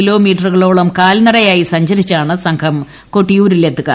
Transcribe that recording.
kilo മീറ്ററുകളോളം കാൽനടയായി സഞ്ചരിച്ചാണ് സംഘം കൊട്ടിയൂരി ലെത്തുക